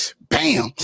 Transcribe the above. Bam